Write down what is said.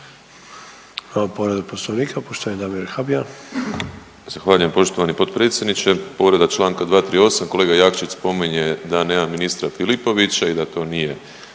Hvala